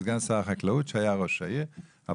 גם ראש עיריית בית שמש בעבר.